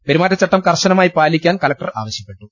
പെരുമാറ്റച്ചട്ടം കർശനമായി പാലിക്കാൻ കലക്ടർ ആവശ്യപ്പെട്ടു